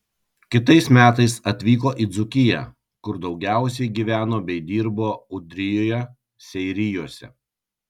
kitais metais atvyko į dzūkiją kur daugiausiai gyveno bei dirbo ūdrijoje seirijuose